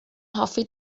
hoffi